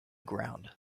ground